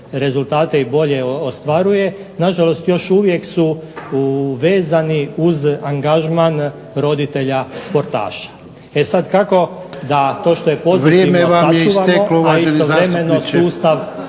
rezultate i bolje ostvaruje, na žalost još uvijek su vezani uz angažman roditelja sportaša. E sada kako da to što je pozitivno očuvamo a istovremeno sustav